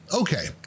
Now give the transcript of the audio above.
Okay